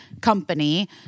Company